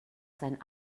sein